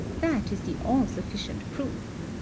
that is the all-sufficient proof.